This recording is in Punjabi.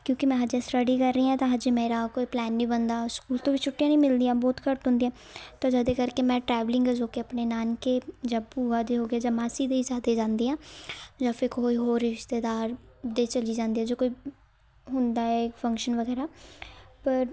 ਕਿਉਂਕਿ ਮੈਂ ਅਜੇ ਸਟੱਡੀ ਕਰ ਰਹੀ ਹਾਂ ਤਾਂ ਅਜੇ ਮੇਰਾ ਕੋਈ ਪਲੈਨ ਨਹੀਂ ਬਣਦਾ ਸਕੂਲ ਤੋਂ ਵੀ ਛੁੱਟੀਆਂ ਨਹੀਂ ਮਿਲਦੀਆਂ ਬਹੁਤ ਘੱਟ ਹੁੰਦੀਆਂ ਤਾਂ ਜ਼ਿਆਦਾ ਕਰਕੇ ਮੈਂ ਟਰੈਵਲਿੰਗ ਜੋ ਕਿ ਆਪਣੇ ਨਾਨਕੇ ਜਾਂ ਭੂਆ ਦੇ ਹੋ ਕੇ ਜਾਂ ਮਾਸੀ ਦੇ ਜ਼ਿਆਦਾ ਜਾਂਦੀ ਹਾਂ ਜਾਂ ਫਿਰ ਕੋਈ ਹੋਰ ਰਿਸ਼ਤੇਦਾਰ ਦੇ ਚਲੀ ਜਾਂਦੀ ਹਾਂ ਜੋ ਕੋਈ ਹੁੰਦਾ ਹੈ ਫੰਕਸ਼ਨ ਵਗੈਰਾ ਪਰ